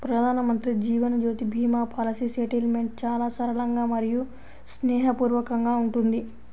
ప్రధానమంత్రి Jeevan Jyoti Bima policy settlement చాలా సరళంగా మరియు స్నేహపూర్వకంగా ఉంటుంది